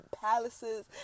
palaces